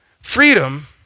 Freedom